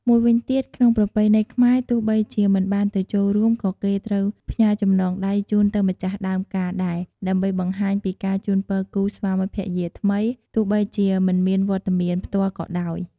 មួយវិញទៀត ក្នុងប្រពៃណីខ្មែរ ទោះបីជាមិនបានទៅចូលរួម ក៏គេត្រូវផ្ញើចំណងដៃជូនទៅម្ចាស់ដើមការដែរ ដើម្បីបង្ហាញពីការជូនពរគូស្វាមីភរិយាថ្មី ទោះបីជាមិនមានវត្តមានផ្ទាល់ក៏ដោយ។